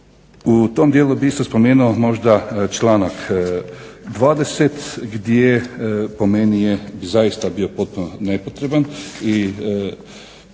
U tom dijelu bih isto spomenuo možda članak 20. gdje po meni je zaista bio potpuno nepotreban